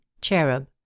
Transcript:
Cherub